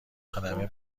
خدمه